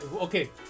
okay